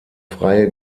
freie